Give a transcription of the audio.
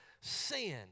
sin